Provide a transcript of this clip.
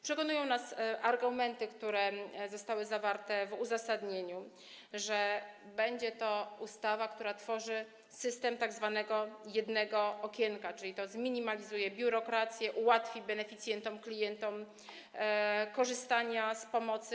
Przekonują nas argumenty, które zostały zawarte w uzasadnieniu, że będzie to ustawa, która stworzy system tzw. jednego okienka, czyli zminimalizuje biurokrację, ułatwi beneficjentom, klientom korzystanie z pomocy.